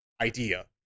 idea